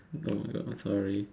oh my god I'm sorry